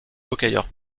hockeyeur